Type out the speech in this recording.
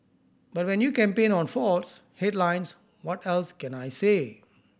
but when you campaign on faults headlines what else can I say